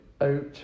out